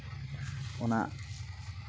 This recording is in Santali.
ᱚᱱᱟ